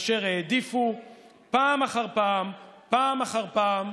אשר העדיפו פעם אחר פעם, פעם אחר פעם,